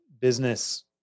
business